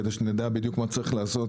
כדי שנדע בדיוק מה צריך לעשות,